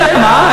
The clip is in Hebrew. אלא מה?